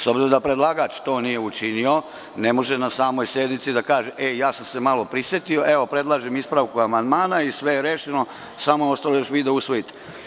S obzirom da predlagač to nije učinio, ne može na samoj sednici da kaže – ja sam se malo prisetio, evo predlažem ispravku amandmana i sve je rešeno, samo je ostalo još vi da usvojite.